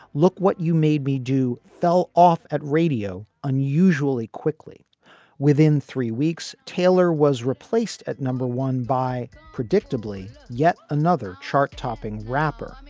look what you made me do. fell off at radio unusually quickly within three weeks. taylor was replaced at number one by predictably yet another chart topping rapper.